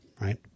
right